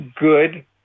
good